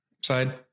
side